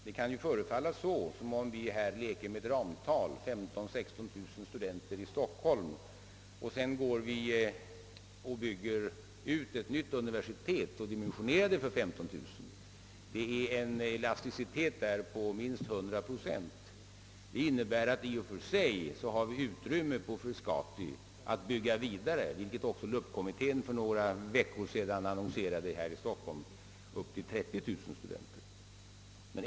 Det kan visserligen förefalla som om vi här 1eker med ramtal — 15 000—16 000 studenter i Stockholm — och därefter bygger ett nytt universitet och dimensionerar det för 15 000 studerande, men i själva verket finns här en elasticitet på minst 100 procent. Det innebär att det vid Frescati finns utrymme att bygga vidare så att vi kan ta emot upp till 30 000 studenter i Stockholm — vilket också LUS-kommittén annonserade för några veckor sedan.